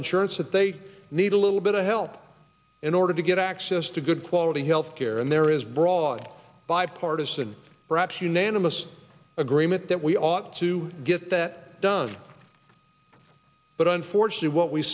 insurance if they need a little bit of help in order to get access to good quality health care and there is broad bipartisan perhaps unanimous agreement that we ought to get that done but unfortunately what we've